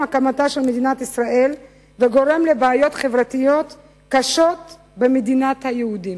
הקמתה של מדינת ישראל וגורם לבעיות חברתיות קשות במדינת היהודים.